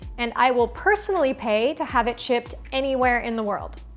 and i will personally pay to have it shipped anywhere in the world.